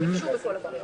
הממשלה ביקשה.